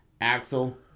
Axel